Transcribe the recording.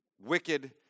wicked